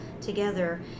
together